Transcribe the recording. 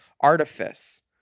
artifice